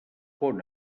pon